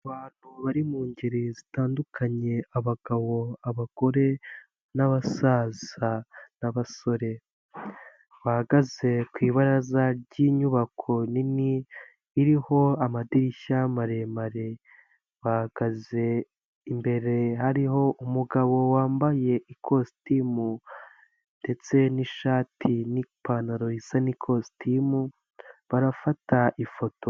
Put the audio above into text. Abantu bari mu ngeri zitandukanye; abagabo, abagore, n'abasaza, n'abasore. Bahagaze ku ibara ry'inyubako nini, iriho amadirishya maremare. Bahagaze imbere hariho umugabo wambaye ikositimu ndetse n'ishati, n'ipantaro isa n'ikositimu, barafata ifoto.